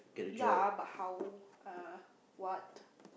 ya but how err what